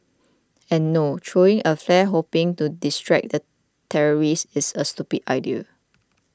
and no throwing a flare hoping to distract the terrorist is a stupid idea